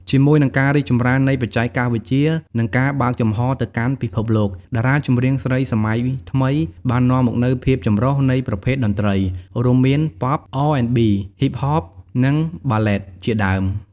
ជាមួយនឹងការរីកចម្រើននៃបច្ចេកវិទ្យា និងការបើកចំហរទៅកាន់ពិភពលោក តារាចម្រៀងស្រីសម័យថ្មីបាននាំមកនូវ ភាពចម្រុះ នៃប្រភេទតន្ត្រី រួមមាន Pop R&B Hip Hop និង Ballad ជាដើម។